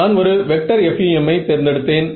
நான் ஒரு vector FEM ஐ தேர்ந்தெடுத்தேன்